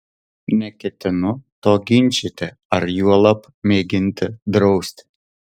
neketinu to ginčyti ar juolab mėginti drausti